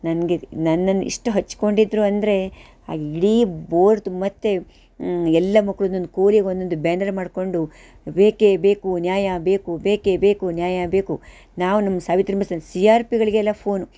ನನಗೆ ನನ್ನನ್ನು ಎಷ್ಟು ಹಚ್ಚಿಕೊಂಡಿದ್ರು ಅಂದರೆ ಆ ಇಡೀ ಬೋರ್ಡ್ ತುಂಬ ಮತ್ತು ಎಲ್ಲ ಮಕ್ಳದ್ದು ಒಂದು ಕೋಲಿಗೆ ಒಂದೊಂದು ಬ್ಯಾನರ್ ಮಾಡಿಕೊಂಡು ಬೇಕೇ ಬೇಕು ನ್ಯಾಯ ಬೇಕು ಬೇಕೇ ಬೇಕು ನ್ಯಾಯ ಬೇಕು ನಾವು ನಮ್ಮ ಸಾವಿತ್ರಿ ಮಿಸನ್ನು ಸಿ ಆರ್ ಪಿಗಳಿಗೆಲ್ಲ ಫೋನು